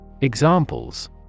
Examples